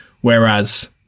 Whereas